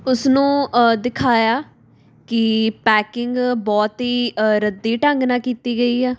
ਉਸ ਨੂੰ ਦਿਖਾਇਆ ਕਿ ਪੈਕਿੰਗ ਬਹੁਤ ਹੀ ਰੱਦੀ ਢੰਗ ਨਾਲ ਕੀਤੀ ਗਈ ਆ